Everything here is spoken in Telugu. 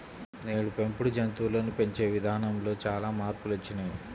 నేడు పెంపుడు జంతువులను పెంచే ఇదానంలో చానా మార్పులొచ్చినియ్యి